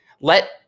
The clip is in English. Let